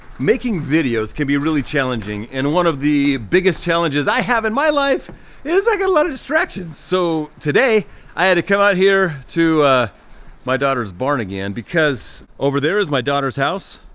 making videos can be really challenging and one of the biggest challenges i have in my life is i get a lot of distractions. so, today i had to come out here to my daughter's barn again because over there is my daughter's house